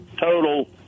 total